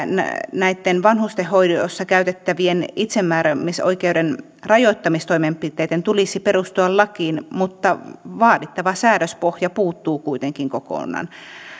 näitten vanhustenhoidossa käytettävien itsemääräämisoikeuden rajoittamistoimenpiteitten tulisi perustua lakiin mutta vaadittava säädöspohja puuttuu kuitenkin kokonaan